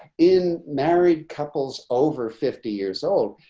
in married couples over fifty years old.